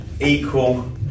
Equal